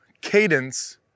cadence